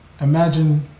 Imagine